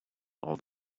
all